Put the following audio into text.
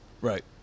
Right